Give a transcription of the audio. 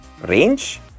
range